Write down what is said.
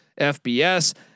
FBS